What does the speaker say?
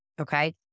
okay